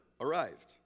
arrived